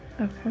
Okay